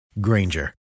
Granger